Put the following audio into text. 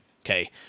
Okay